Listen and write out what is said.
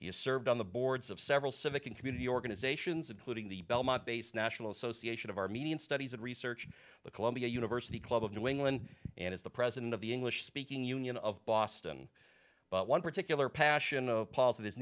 has served on the boards of several civic and community organizations including the belmont based national association of armenian studies and research the columbia university club of new england and is the president of the english speaking union of boston but one particular passion of posit